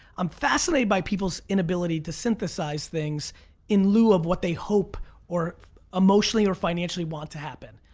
i'm fascinated by people's inability to synthesize things in lieu of what they hope or emotionally or financially want to happen.